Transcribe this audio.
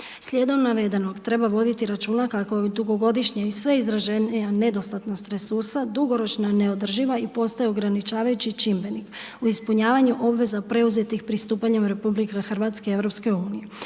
Slijedom navedenog treba voditi računa kako i dugogodišnja i sve izraženija nedostatna .../Govornik se ne razumije./... dugoročna neodrživa i postaju ograničavajući čimbenik u ispunjavanju obveza preuzetih pristupanjem RH EU.